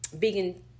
vegan